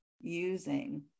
using